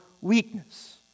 weakness